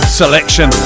selection